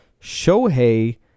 Shohei